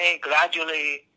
gradually